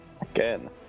Again